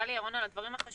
טלי ירון, על הדברים החשובים.